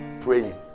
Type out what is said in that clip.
praying